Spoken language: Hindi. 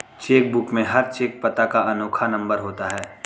चेक बुक में हर चेक पता का अनोखा नंबर होता है